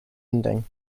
ending